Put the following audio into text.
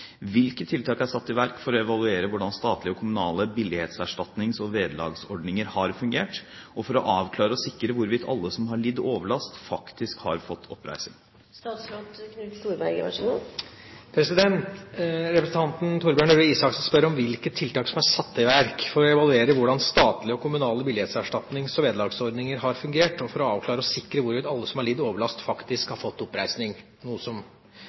Hvilke tiltak er satt i verk for å evaluere hvordan statlige og kommunale billighetserstatnings- og vederlagsordninger har fungert, og for å avklare og sikre hvorvidt alle som har lidd overlast, faktisk har fått oppreisning?» Representanten Torbjørn Røe Isaksen spør om hvilke tiltak som er satt i verk for å evaluere hvordan statlige og kommunale billighetserstatnings- og vederlagsordninger har fungert, og for å avklare og sikre hvorvidt alle som har lidd overlast, faktisk har fått oppreisning – noe som